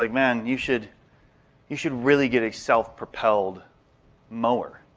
like man, you should you should really get a self-propelled mower.